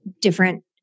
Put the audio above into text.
different